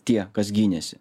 tie kas gynėsi